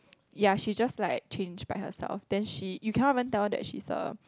ya she just like change by herself then she you cannot even tell that she is a